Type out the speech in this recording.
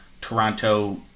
Toronto